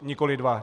Nikoli dva.